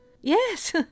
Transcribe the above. Yes